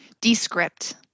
descript